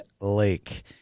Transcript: Lake